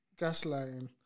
gaslighting